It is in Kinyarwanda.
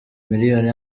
miliyoni